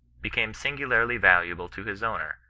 became singularly yaluable to his owner,